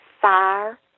fire